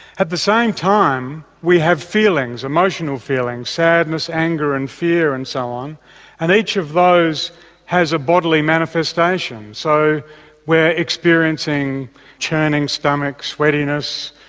at the same time we have feelings, emotional feelings, sadness, anger and fear and so on and each of those has a bodily manifestation so we're experiencing churning stomachs, sweatiness,